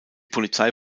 polizei